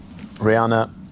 Rihanna